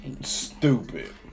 Stupid